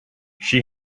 she